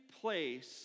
place